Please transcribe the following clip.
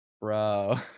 bro